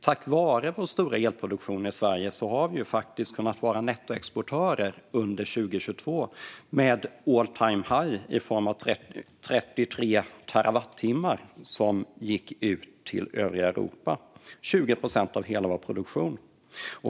Tack vare vår stora elproduktion i Sverige har vi varit nettoexportör under 2022, med all-time-high i form av 33,5 terawattimmar som gick ut till övriga Europa. Det var 20 procent av hela vår produktion.